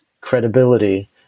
credibility